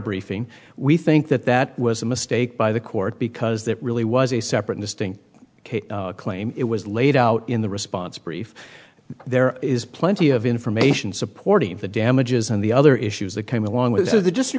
briefing we think that that was a mistake by the court because that really was a separate distinct claim it was laid out in the response brief there is plenty of information supporting the damages and the other issues that came along with